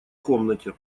комнате